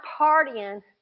partying